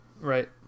Right